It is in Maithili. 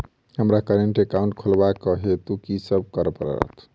हमरा करेन्ट एकाउंट खोलेवाक हेतु की सब करऽ पड़त?